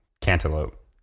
cantaloupe